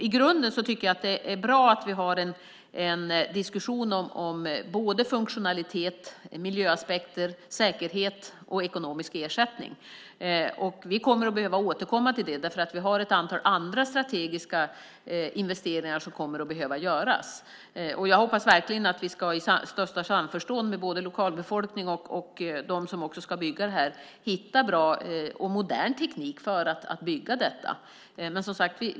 I grunden är det bra att vi har en diskussion om funktionalitet, miljöaspekter, säkerhet och ekonomisk ersättning. Vi kommer att behöva återkomma till det därför att det finns ett antal andra strategiska investeringar som kommer att behöva göras. Jag hoppas verkligen att vi i största samförstånd med både lokalbefolkning och dem som ska bygga detta kommer att hitta bra och modern teknik.